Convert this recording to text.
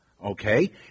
Okay